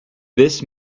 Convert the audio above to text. this